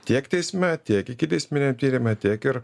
tiek teisme tiek ikiteisminiame tyrime tiek ir